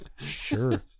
sure